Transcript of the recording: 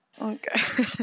Okay